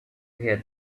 hear